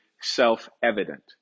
self-evident